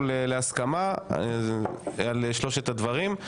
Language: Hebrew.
להסכמה על שלושת הדברים.